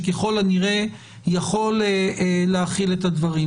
שככל הנראה יכול להכיל את הדברים.